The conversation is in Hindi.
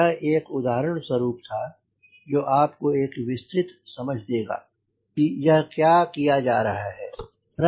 यह एक उदाहरण स्वरूप था जो आपको एक विस्तृत समझ देगा कि यह क्या किया जा रहा है